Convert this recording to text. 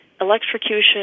Electrocution